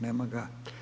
Nema ga?